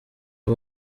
uwo